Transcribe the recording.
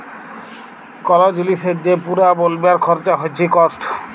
call জিলিসের যে পুরা বলবার খরচা হচ্যে কস্ট